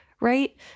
right